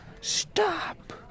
stop